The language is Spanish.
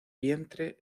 vientre